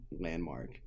landmark